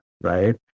right